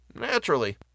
Naturally